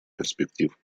перспектив